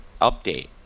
update